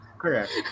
Correct